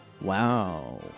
Wow